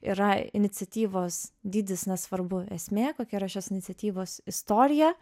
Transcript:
yra iniciatyvos dydis nesvarbu esmė kokia yra šios iniciatyvos istorija